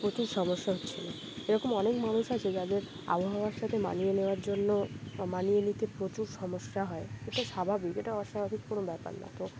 প্রচুর সমস্যা হচ্ছিল এরকম অনেক মানুষ আছে যাদের আবহাওয়ার সাথে মানিয়ে নেওয়ার জন্য মানিয়ে নিতে প্রচুর সমস্যা হয় এটা স্বাভাবিক এটা অস্বাভাবিক কোনো ব্যাপার না তো